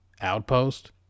Outpost